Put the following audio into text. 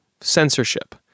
censorship